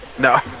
No